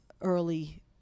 early